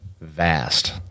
vast